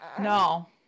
no